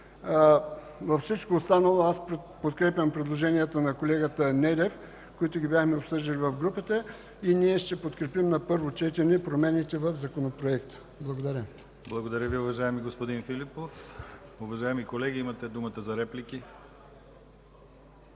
Във всичко останало подкрепям предложенията на колегата Недев, които бяхме обсъждали в групата, и ние ще подкрепим на първо четене промените в Законопроекта. Благодаря. ПРЕДСЕДАТЕЛ ДИМИТЪР ГЛАВЧЕВ: Благодаря Ви, уважаеми господин Филипов. Уважаеми колеги, имате думата за реплики.